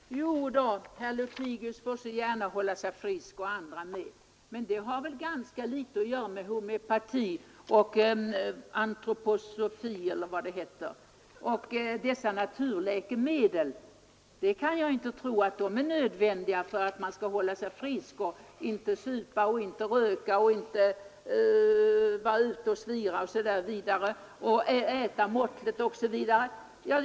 Herr talman! Jodå, herr Lothigius får så gärna hålla sig frisk och andra också. Men det har mycket litet med homeopati och antroposofi att göra. Jag kan inte tro att naturläkemedel är nödvändiga för att man skall hålla sig frisk genom att inte supa, inte röka, inte vara ute och svira, äta måttligt, osv.